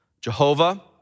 Jehovah